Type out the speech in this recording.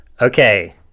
okay